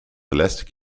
elastic